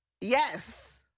Yes